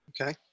okay